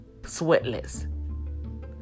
sweatless